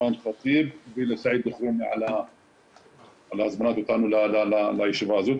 לאימאן ח'טיב על ההזמנה לישיבה הזאת.